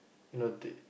note it